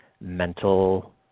mental